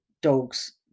dogs